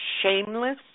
shameless